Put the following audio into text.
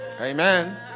Amen